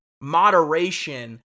moderation